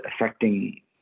affecting